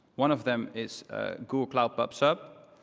one of them is google cloud pub sub,